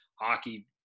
hockey